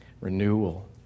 renewal